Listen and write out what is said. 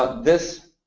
ah this